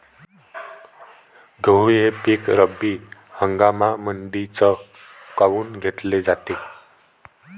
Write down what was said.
गहू हे पिक रब्बी हंगामामंदीच काऊन घेतले जाते?